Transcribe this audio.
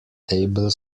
table